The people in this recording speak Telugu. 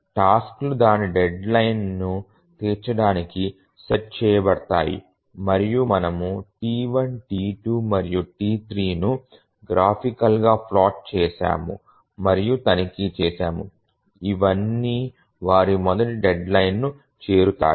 టాస్క్ లు దాని డెడ్లైన్ను తీర్చడానికి సెట్ చేయబడ్డాయి మరియు మనము T1 T2 మరియు T3ను గ్రాఫిక్గా ప్లాట్ చేసాము మరియు తనిఖీ చేసాము ఇవన్నీ వారి మొదటి డెడ్లైన్ను చేరుతాయి